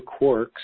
quarks